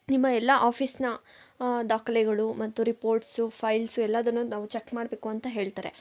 ನಿಮ್ಮ ಎಲ್ಲ ಆಫೀಸ್ನ ದಾಖಲೆಗಳು ಮತ್ತು ರಿಪೋರ್ಟ್ಸ್ ಫೈಲ್ಸ್ ಎಲ್ಲವನ್ನು ನಾವು ಚೆಕ್ ಮಾಡಬೇಕು ಅಂತ ಹೇಳ್ತಾರೆ